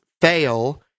fail